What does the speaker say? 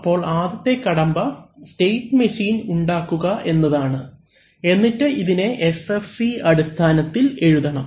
അപ്പോൾ ആദ്യത്തെ കടമ്പ സ്റ്റേറ്റ് മെഷീൻ ഉണ്ടാക്കുക എന്നതാണ് എന്നിട്ട് ഇതിനെ SFC അടിസ്ഥാനത്തിൽ എഴുതണം